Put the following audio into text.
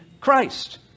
Christ